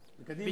שבקדימה,